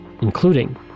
including